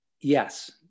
Yes